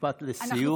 משפט לסיום,